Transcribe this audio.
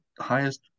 highest